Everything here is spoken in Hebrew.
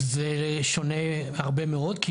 זה שונה הרבה מאוד,